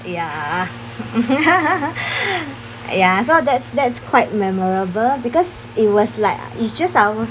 ya ya so that's that's quite memorable because it was like it's just our